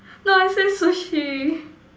life says Sushi